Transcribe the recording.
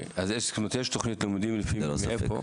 אז יש תוכנית לימודים, מאיפה?